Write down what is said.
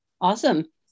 awesome